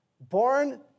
Born